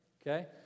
Okay